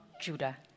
Judah